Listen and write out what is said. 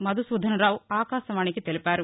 మధుసూధనరావు ఆకాశవాణికి తెలిపారు